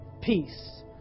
peace